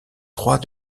croix